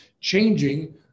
changing